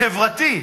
את החברתי,